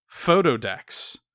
photodex